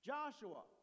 Joshua